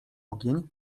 ogień